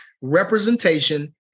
representation